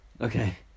Okay